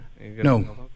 No